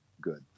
good